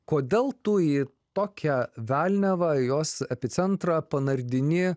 kodėl tu į tokią velniavą į jos epicentrą panardini